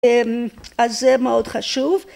אז זה מאוד חשוב.